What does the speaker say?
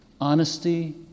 Honesty